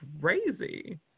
crazy